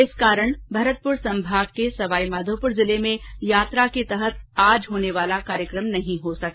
इस कारण भरतपुर संभाग में सवाईमाधोपुर जिले में यात्रा के अंतर्गत आज का कार्यक्रम नहीं हो सका